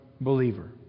believer